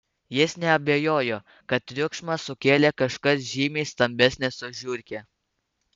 jis neabejojo kad triukšmą sukėlė kažkas žymiai stambesnis už žiurkę